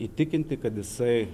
įtikinti kad jisai